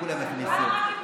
כולם יכניסו אותו,